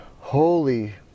holy